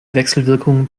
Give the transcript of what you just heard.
wechselwirkung